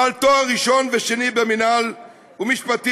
בעל תואר ראשון ושני במינהל ומשפטים,